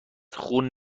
خون